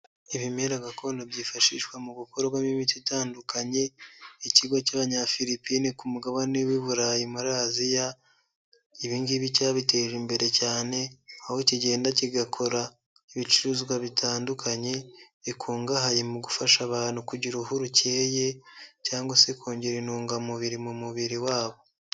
Ibimera gakondo byifashishwa mu gukorwamo imiti itandukanye, ikigo cy'Abanyafilipine ku mugabane w'i Burayi muri Aziya, ibi ngibi cyabiteje imbere cyane aho kigenda kigakora ibicuruzwa bitandukanye bikungahaye mu gufasha abantu kugira uruhu rukeye cyangwa se kongera intungamubiri mu mubiri wabo.